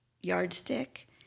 yardstick